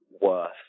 worth